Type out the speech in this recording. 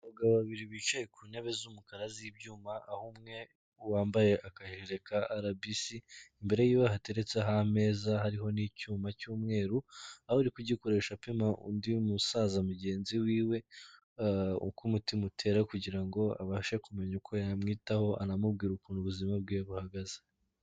Abagabo babiri bicaye ku ntebe z'umukara z'ibyuma aho umwe wambaye akajire ka RBC imbere y'iwe hateretseho ameza hariho n'icyuma cy'umweru aho uri kugikoresha apima undi musaza mugenzi w'iwe uko umutima utera kugira ngo abashe kumenya uko yamwitaho anamubwira ukuntu ubuzima bwe buhagaze.